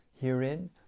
Herein